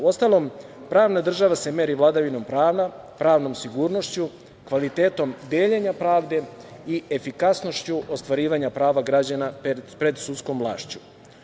Uostalom, pravna država se meri vladavinom prava, pravnom sigurnošću, kvalitetom deljenja pravde i efikasnošću ostvarivanja prava građana pred sudskom vlašću.